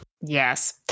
yes